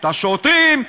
את השוטרים,